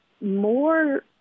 more